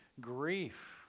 grief